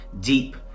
deep